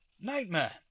nightmare